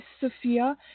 Sophia